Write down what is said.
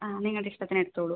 ആ നിങ്ങളുടെ ഇഷ്ടത്തിന് എടുത്തോളൂ